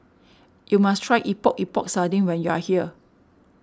you must try Epok Epok Sardin when you are here